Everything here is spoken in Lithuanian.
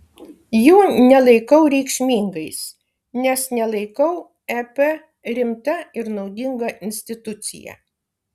jų nelaikau reikšmingais nes nelaikau ep rimta ir naudinga institucija